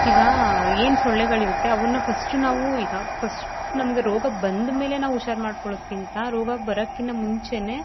ಈಗ ಏನು ಸೊಳ್ಳೆಗಳಿರುತ್ತೆ ಅವನ್ನ ಫಸ್ಟು ನಾವು ಈಗ ಫಸ್ಟ್ ನಮಗೆ ರೋಗ ಬಂದ ಮೇಲೆ ನಾವು ಹುಷಾರು ಮಾಡ್ಕೊಳೋದ್ಕಿಂತ ರೋಗ ಬರಕ್ಕಿಂತ ಮುಂಚೆ